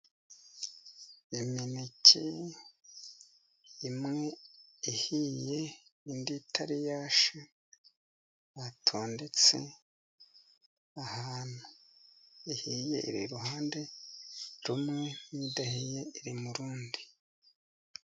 Imineke imwe ihiye, indi itari yashya batondetse ahantu. Ihiye iri iruhande rumwe n'idahiye iri mu rundi.